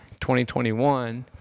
2021